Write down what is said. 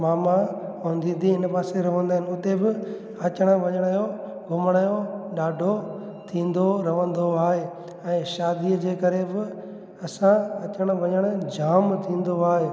मामा ऐं दीदी हिन पासे रवंदा आहिनि उते बि अचण वञण जो घुमण यो ॾाढो थींदो रहंदो आहे ऐं शादीअ जे करे बि असां अचण वञण जाम थींदो आहे